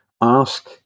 ask